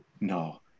No